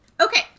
Okay